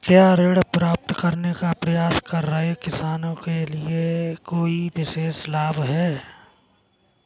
क्या ऋण प्राप्त करने का प्रयास कर रहे किसानों के लिए कोई विशेष लाभ हैं?